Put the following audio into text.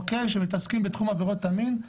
שמתעסקים בתחום עבירות המין.